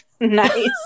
nice